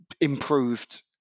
improved